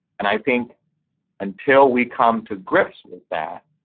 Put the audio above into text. and i think until we come to grips with that,